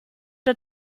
der